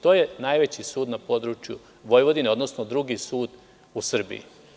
To je najveći sud na području Vojvodine, odnosno drugi sud u Srbiji.